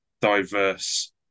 diverse